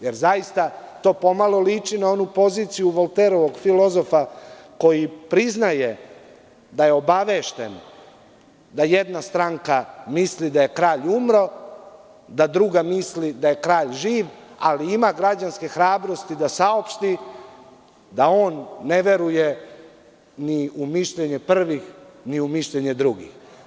Jer, zaista to pomalo liči na onu poziciju Volterovog filozofa koji priznaje da je obavešten da jedna stranka misli da je kralj umro, da druga misli da je kralj živ, ali ima građanske hrabrosti da saopšti da on ne veruje ni u mišljenje prvih, ni u mišljenje drugih.